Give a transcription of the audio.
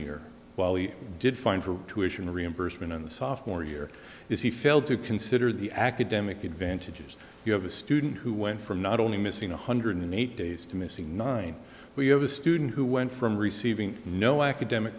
year while he did fine for tuition reimbursement in the sophomore year if he failed to consider the academic advantages you have a student who went from not only missing one hundred eight days to missing nine we have a student who went from receiving no academic